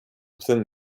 within